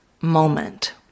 moment